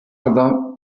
other